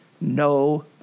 no